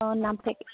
অঁ নাম